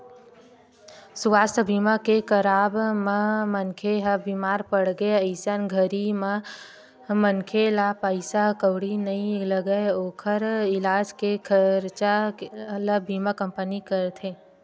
सुवास्थ बीमा के कराब म मनखे ह बीमार पड़गे अइसन घरी म मनखे ला पइसा कउड़ी नइ लगय ओखर इलाज के खरचा ल बीमा कंपनी करथे